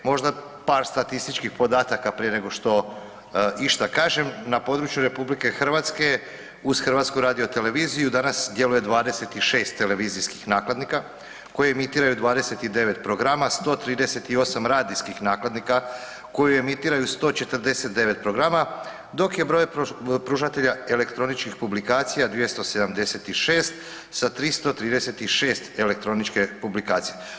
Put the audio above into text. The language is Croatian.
Možda par statističkih podataka prije nego što išta kažem, na području RH uz HRT danas djeluje 26 televizijskih nakladnika koji emitiraju 29 programa, 138 radijskih nakladnika koji emitiraju 149 programa, dok je broj pružatelja elektroničkih publikacija 276 sa 336 elektroničke publikacije.